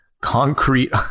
concrete